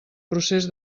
procés